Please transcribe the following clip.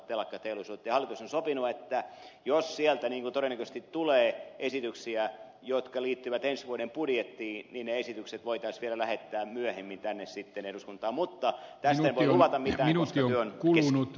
hallitus on sopinut että jos sieltä tulee niin kuin todennäköisesti tulee esityksiä jotka liittyvät ensi vuoden budjettiin niin ne esitykset voitaisiin vielä lähettää myöhemmin tänne eduskuntaan mutta tästä en voi luvata mitään koska työ on kesken